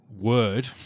word